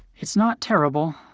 it's not terrible,